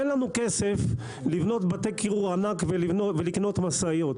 אין לנו כסף לבנות בתי קירור ענק ולקנות משאיות.